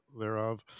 thereof